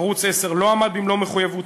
ערוץ 10 לא עמד במלוא מחויבויותיו,